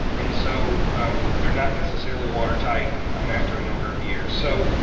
and so they're not necessarily water tight um after a number of years. so,